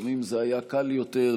לפעמים זה היה קל יותר,